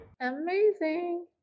amazing